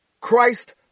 Christ